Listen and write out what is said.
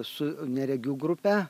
su neregių grupe